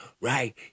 right